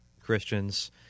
Christians